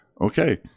Okay